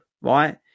right